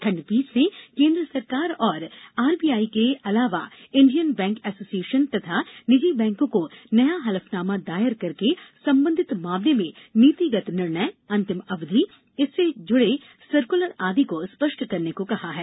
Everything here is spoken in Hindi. खंडपीठ ने केंद्र सरकार और आरबीआई के अलावा इंडियन बैंक एसोसिएशन तथा निजी बैंकों को नया हलफनामा दायर करके संबंधित मामले में नीतिगत निर्णय अंतिम अवधि इससे जुड़े सर्कुलर आदि को स्पष्ट करने को कहा है